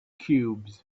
cubes